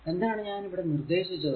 എന്താണ് ഞാൻ ഇവിടെ നിർദേശിച്ചത്